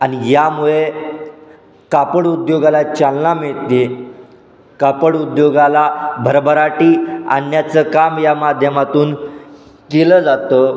आणि यामुळे कापड उद्योगाला चालना मिळत आहे कापड उद्योगाला भरभराटी आणण्याचं काम या माध्यमातून केलं जातं